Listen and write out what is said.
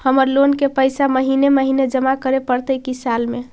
हमर लोन के पैसा महिने महिने जमा करे पड़तै कि साल में?